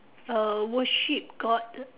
uh worship god